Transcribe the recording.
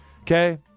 Okay